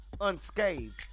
unscathed